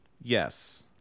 Yes